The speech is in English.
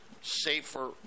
safer